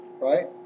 right